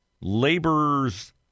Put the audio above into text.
laborers